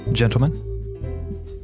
gentlemen